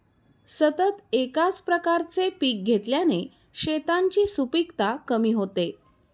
सतत एकाच प्रकारचे पीक घेतल्याने शेतांची सुपीकता कमी होते